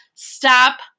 Stop